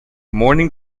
morning